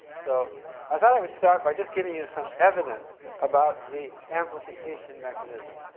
so i thought i would start by just giving you some evidence about the amplification mechanism.